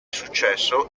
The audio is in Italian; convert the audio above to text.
successo